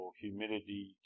humidity